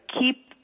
keep